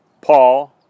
Paul